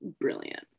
brilliant